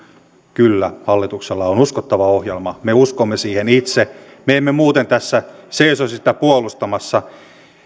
kyllä hallituksella on on uskottava ohjelma me uskomme siihen itse me emme muuten tässä seisoisi sitä puolustamassa